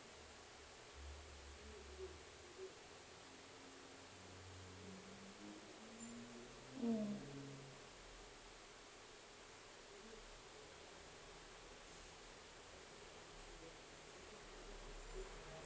mm